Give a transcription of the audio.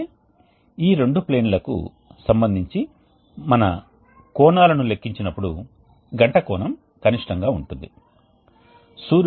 మీరు గుర్తుంచుకోండి సబ్స్క్రిప్ట్ 1 అధిక ఉష్ణోగ్రత ని సూచిస్తుంది మరియు సబ్స్క్రిప్ట్ 2 తక్కువ ఉష్ణోగ్రతను సూచిస్తుంది అని మేము మీకు గుర్తు చేయాలనుకుంటున్నాము